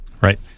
Right